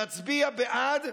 נצביע בעד,